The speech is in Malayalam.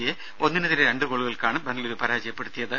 സിയെ ഒന്നിനെതിരെ രണ്ട് ഗോളുകൾക്കാണ് ബംഗലൂരു പരാജയപ്പെടുത്തിയത്